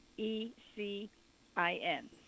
E-C-I-N